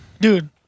Dude